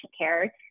care